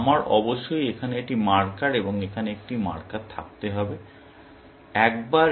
সুতরাং আমার অবশ্যই এখানে একটি মার্কার এবং এখানে একটি মার্কার থাকতে হবে